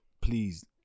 please